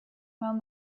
found